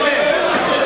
נא להוציא את שניהם.